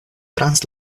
trans